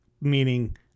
Meaning